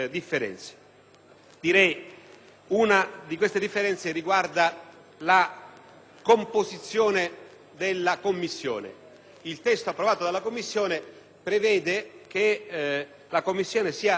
una di queste differenze riguarda la composizione della Commissione. Il testo approvato dalla Commissione prevede che la Commissione sia composta